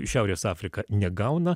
į šiaurės afriką negauna